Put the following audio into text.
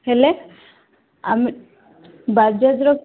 ହେଲେ ବାଜାଜ୍ ର